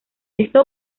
esto